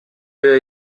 wir